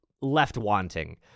left-wanting